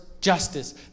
justice